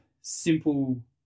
simple